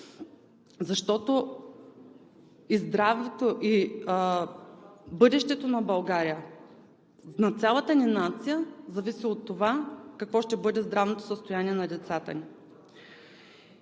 здравето, и бъдещето на България, на цялата ни нация зависи от това какво ще бъде здравното състояние на децата ни.